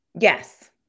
yes